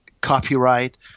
copyright